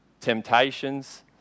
temptations